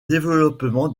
développement